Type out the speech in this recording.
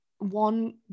one